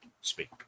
speak